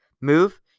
move